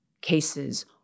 cases